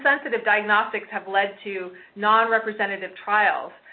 but sort of diagnostics have led to non-representative trials.